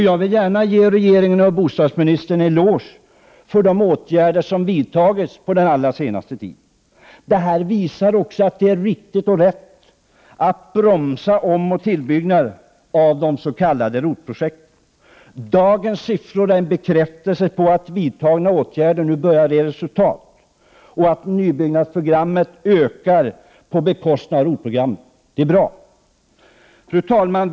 Jag vill gärna ge regeringen och bostadsministern en eloge för de åtgärder som vidtagits den allra senaste tiden. Detta visar också att det är riktigt och rätt att bromsa omoch tillbyggnader, de s.k. ROT-projekten. Dagens siffror är en bekräftelse på att vidtagna åtgärder nu börjar ge resultat. Nybyggnadsprogrammet ökar på bekostnad av ROT-programmet. Det är bra. Fru talman!